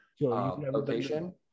location